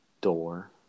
door